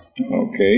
Okay